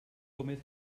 gómez